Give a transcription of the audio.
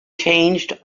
changed